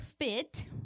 fit